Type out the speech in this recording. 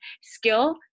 skill